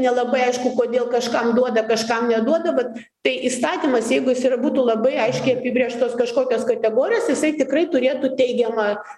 nelabai aišku kodėl kažkam duoda kažkam neduoda bet tai įstatymas jeigu jis yra būtų labai aiškiai apibrėžtos kažkokios kategorijos jisai tikrai turėtų teigiamą